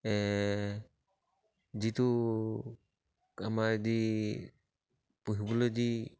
যিটো আমাৰ যদি পুহিবলৈ যদি